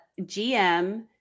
GM